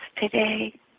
today